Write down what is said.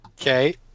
Okay